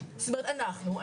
זאת אומרת אנחנו,